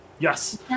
Yes